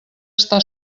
està